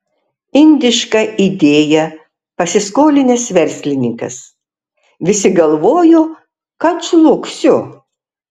indišką idėją pasiskolinęs verslininkas visi galvojo kad žlugsiu